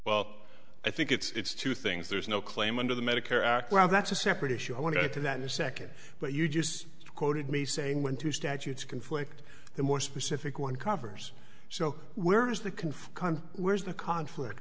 well i think it's two things there's no claim under the medicare act well that's a separate issue i want to get to that in a second but you just quoted me saying when two statutes conflict the more specific one covers so where is the conflict where's the conflict